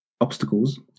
obstacles